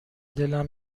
دلم